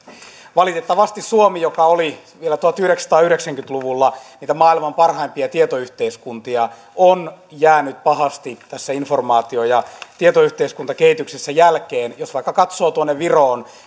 valitettavasti suomi joka oli vielä tuhatyhdeksänsataayhdeksänkymmentä luvulla niitä maailman parhaimpia tietoyhteiskuntia on jäänyt pahasti tässä informaatio ja tietoyhteiskuntakehityksessä jälkeen jos vaikka katsoo viroon meidän